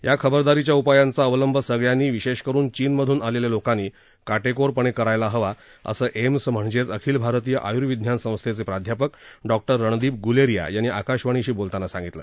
या खबरदारीच्या उपायांचा अवलंब सगळ्यांनी विशेष करून चीनमधून आलेल्या लोकांनी काटेकोरपणे करायला हवा असं एम्स म्हणजेच अखिल भारतीय आयुर्विज्ञान संस्थेचे प्राध्यापक डॉक्टर रणदीप गुलेरिया यांनी आकाशवाणी शी बोलताना सांगितलं